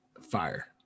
Fire